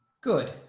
Good